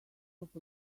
off